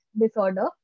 disorder